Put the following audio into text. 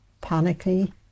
panicky